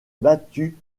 battu